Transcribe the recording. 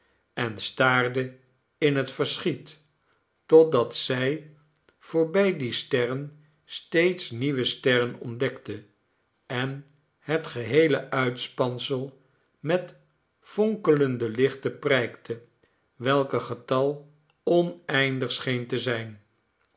en staarde in het verschiet totdat zij voorbij die sterren steeds nieuwe sterren ontdekte en het geheele uitspansel met fonkelende lichten prijkte welker getal oneindig scheen te zijn